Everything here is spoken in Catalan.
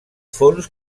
fons